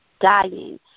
dying